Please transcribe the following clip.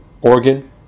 Oregon